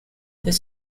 this